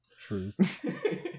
Truth